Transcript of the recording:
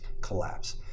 collapse